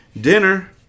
dinner